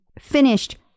finished